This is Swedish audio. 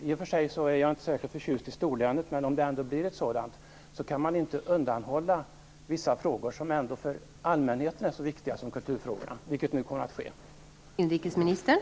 I och för sig är jag inte särskilt förtjust i ett storlän, men om det nu blir ett sådant kan inte så viktiga frågor för allmänheten som ju kulturfrågorna är inte undanhållas. Det är dock vad som nu kommer att ske.